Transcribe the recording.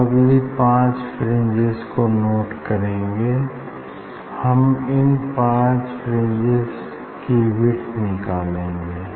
हम अगली पांच फ्रिंजेस को नोट करेंगे हम इन पांच फ्रिंजेस की विड्थ निकालेंगे